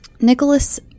Nicholas